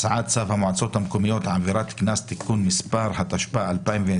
הצעת צו המועצות המקומיות (עבירת קנס) (תיקון מס) התשפ"א-2021